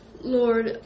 Lord